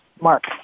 Mark